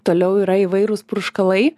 toliau yra įvairūs purškalai